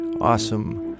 awesome